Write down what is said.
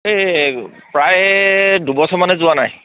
এই প্ৰায় দুবছৰমানে যোৱা নাই